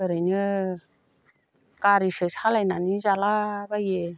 ओरैनो गारिसो सालायनानै जालाबायो